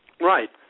Right